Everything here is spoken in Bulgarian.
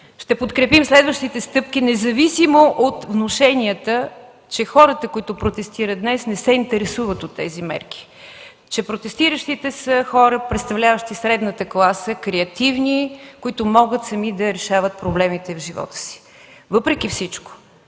Ще подкрепим следващите стъпки, независимо от внушенията, че хората, които протестират днес, не се интересуват от тези мерки, че протестиращите са хора, представляващи средната класа, креативни, които могат сами да решават проблемите в живота си. Въпреки всичко